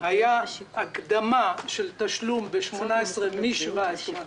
הייתה הקדמה של תשלום ב-2016 מ-2017,